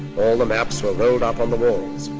all the maps were rolled up on the walls.